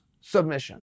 submission